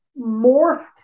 morphed